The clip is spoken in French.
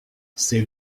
ses